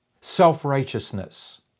self-righteousness